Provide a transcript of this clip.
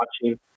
watching